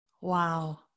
Wow